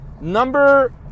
Number